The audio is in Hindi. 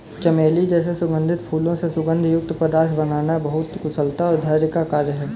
चमेली जैसे सुगंधित फूलों से सुगंध युक्त पदार्थ बनाना बहुत कुशलता और धैर्य का कार्य है